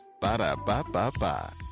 Ba-da-ba-ba-ba